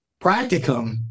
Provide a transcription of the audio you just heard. practicum